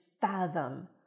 fathom